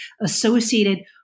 associated